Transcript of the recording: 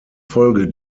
folge